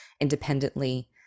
independently